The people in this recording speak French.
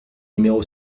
numéro